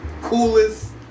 coolest